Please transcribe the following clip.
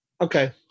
Okay